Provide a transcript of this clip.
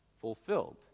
fulfilled